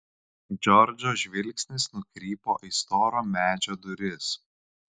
džordžo žvilgsnis nukrypo į storo medžio duris